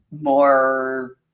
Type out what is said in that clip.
more